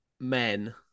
men